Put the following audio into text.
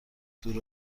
دور